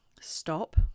stop